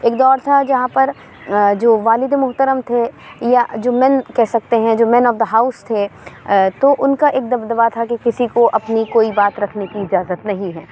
ایک دور تھا جہاں پر جو والد محترم تھے یا جو مین کہہ سکتے ہیں جو مین آف د ہاؤس تھے تو ان کا ایک دبدبہ تھا کہ کسی کو اپنی کوئی بات رکھنے کی اجازت نہیں ہے